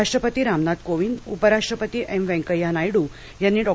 राष्ट्रपती रामनाथ कोविंद उपराष्ट्रपती एम व्यंकय्या नायडू यांनी डॉ